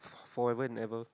forever and ever